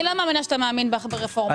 אני לא מאמינה שאתה מאמין ברפורמה.